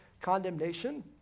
Condemnation